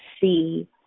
see